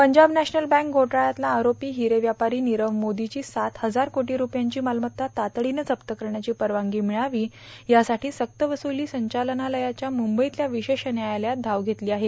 Punjab National Bank घोटाळ्यातला आरोपी स्रीरे व्यापारी निरव मोदीची सात हजार खोटी रुपयांची मालमत्ता तातडीनं जप्त करण्याची परवानगी मिळावी यासाठी सक्तवसुली संचलनालयाने मुंबईतल्या विशेष न्यायालयात धाव घेतली आहे